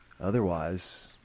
Otherwise